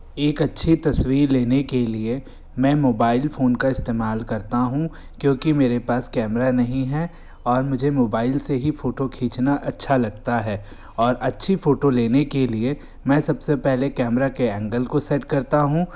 एक अच्छी तस्वीर लेने के लिए मैं मोबाइल फ़ोन का इस्तेमाल करता हूँ क्योंकि मेरे पास कैमरा नहीं है और मुझे मोबाइल से ही फ़ोटो खींचना अच्छा लगता है और अच्छी फ़ोटो लेने के लिए मैं सबसे पहले कैमरा के ऐंगल को सेट करता हूँ